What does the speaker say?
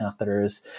catheters